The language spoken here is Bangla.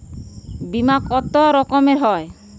বিমা কত রকমের হয়?